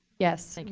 yes. like